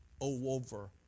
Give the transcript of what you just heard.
over